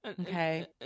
Okay